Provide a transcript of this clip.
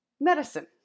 medicine